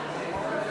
התשע"ב 2012, נתקבלה.